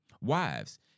Wives